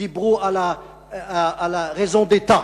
דיברו על ה-raison d`etat,